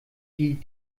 die